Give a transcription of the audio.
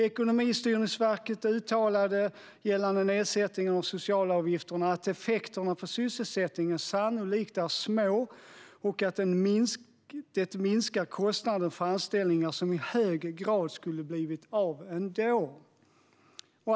Ekonomistyrningsverket uttalade att effekterna på sysselsättningen av en nedsättning av socialavgifterna sannolikt är små och att det minskar kostnaden för anställningar som i hög grad skulle ha blivit av ändå.